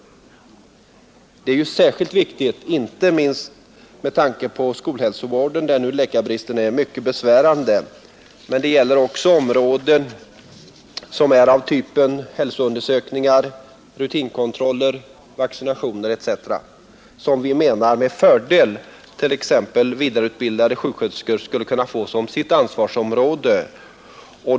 Att förslaget snabbt genomförs är viktigt inte minst med tanke på skolhälsovården, där nu läkarbristen är mycket besvärande, men också med tanke på hälsoundersökningar, rutinkontroller, vaccinationer etc., som vi menar att t.ex. vidareutbildade sjuksköterskor med fördel skulle kunna få som sitt ansvarsområde.